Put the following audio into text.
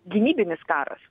gynybinis karas